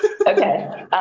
Okay